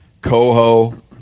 coho